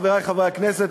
חברי חברי הכנסת,